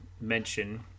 mention